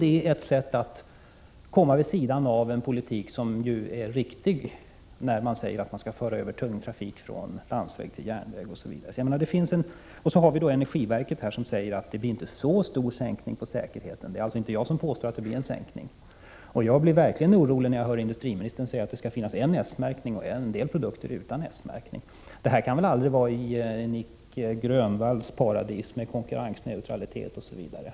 Det är ett sätt att gå vid sidan av den politik som är riktig, dvs. att tung trafik skall föras över från landsväg till järnväg. Energiverket säger att det inte blir en så kraftig försvagning av säkerheten. Det är alltså inte jag som påstår att säkerheten minskar. Jag blir verkligen orolig när industriministern säger att S-märkningen skall behållas men att en del produkter kan vara utan S-märkning. Det kan aldrig vara Nic Grönvalls paradis, med konkurrensneutralitet osv.